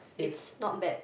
it's not bad